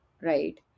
right